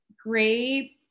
great